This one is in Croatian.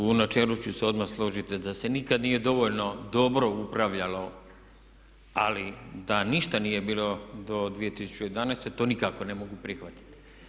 U načelu ću se odmah složiti da se nikad nije dovoljno dobro upravljalo ali da ništa nije bilo do 2011., to nikako ne mogu prihvatiti.